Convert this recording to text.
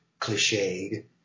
cliched